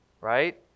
Right